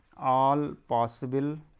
all possible